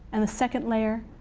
and the second layer,